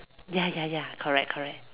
ya ya ya correct correct